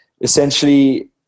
essentially